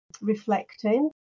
reflecting